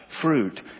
Fruit